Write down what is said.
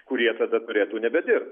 kurie tada turėtų nebedirbt